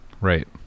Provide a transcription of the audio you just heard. right